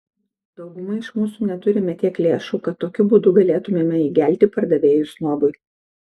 dauguma iš mūsų neturime tiek lėšų kad tokiu būdu galėtumėme įgelti pardavėjui snobui